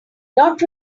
not